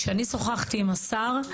כשאני שוחחתי עם השר,